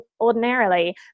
ordinarily